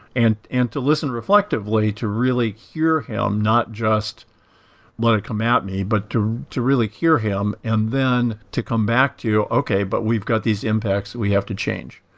and and to listen reflectively to really hear him not just let it come at me, but to to really hear him and then to come back to, okay, but we've got these impacts we have to change.